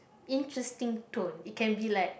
interesting tone it can be like